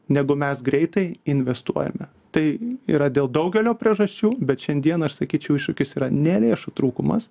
negu mes greitai investuojame tai yra dėl daugelio priežasčių bet šiandien aš sakyčiau iššūkis yra ne lėšų trūkumas